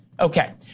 Okay